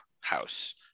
house